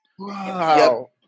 wow